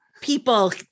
people